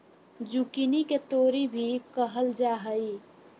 zucchini के तोरी भी कहल जाहई